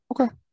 Okay